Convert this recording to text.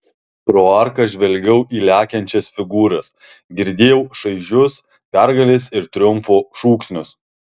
pro arką žvelgiau į lekiančias figūras girdėjau šaižius pergalės ir triumfo šūksnius